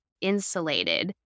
insulated